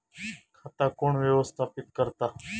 खाता कोण व्यवस्थापित करता?